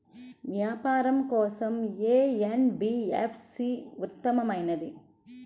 వ్యాపారం కోసం ఏ ఎన్.బీ.ఎఫ్.సి ఉత్తమమైనది?